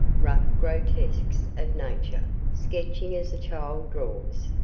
rough grotesques of nature, sketching as a child draws.